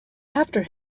after